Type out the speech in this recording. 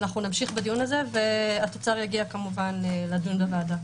ואנחנו נמשיך בדיון והתוצר יגיע כמובן לדיון בוועדה.